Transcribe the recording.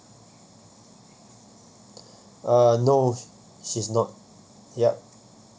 uh no she's not yup